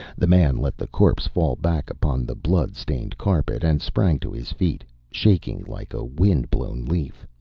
the man let the corpse fall back upon the blood-stained carpet, and sprang to his feet, shaking like a wind-blown leaf.